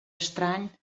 estrany